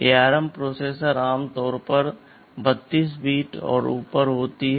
ARM processor आमतौर पर 32 bit और ऊपर होती हैं